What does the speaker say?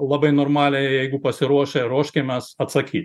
labai normaliai jeigu pasiruošę ruoškimės atsakyt